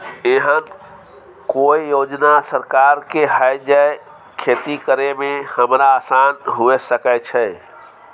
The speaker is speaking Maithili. एहन कौय योजना सरकार के है जै खेती करे में हमरा आसान हुए सके छै?